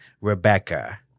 Rebecca